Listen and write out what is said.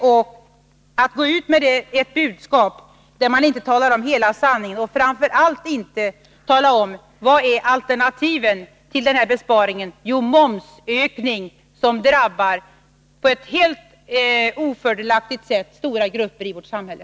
Socialdemokraterna går ut med ett budskap där de inte talar om hela sanningen och framför allt inte talar om vad som är alternativet till den här besparingen, nämligen en momshöjning, som på ett mycket ofördelaktigt sätt berör stora grupper i vårt samhälle.